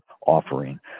offering